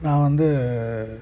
நான் வந்து